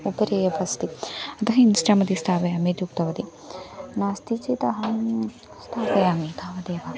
उपरि एप् अस्ति अतः इन्स्ट्रा मध्ये स्थापयामि इत्युक्तवति नास्ति चेत् अहं स्थापयामि तावदेव